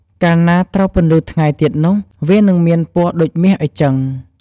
កាលណាត្រូវពន្លឺថ្ងៃទៀតនោះ វានឹងមានពណ៌ដូចមាសអ៊ីចឹង។